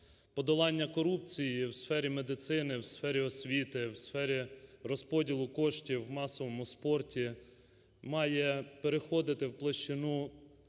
подолання корупції у сфері медицини, у сфері освіти, у сфері розподілу коштів, в масовому спорті має переходити в площину гроші